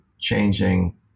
changing